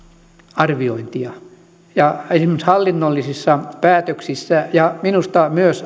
arviointia esimerkiksi hallinnollisissa päätöksissa ja ja minusta myös